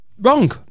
wrong